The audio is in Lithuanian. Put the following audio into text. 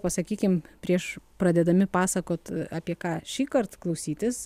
pasakykim prieš pradėdami pasakot apie ką šįkart klausytis